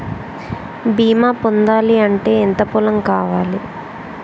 బీమా పొందాలి అంటే ఎంత పొలం కావాలి?